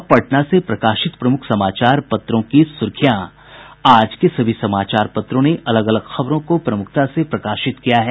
अब पटना से प्रकाशित प्रमुख समाचार पत्रों की सुर्खियां आज के सभी समाचार पत्रों ने अलग अलग खबरों को प्रमुखता से प्रकाशित किया है